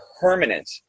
permanent